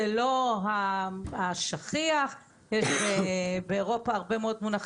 זה לא השכיח ובאירופה הרבה מאוד מונחים